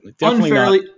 unfairly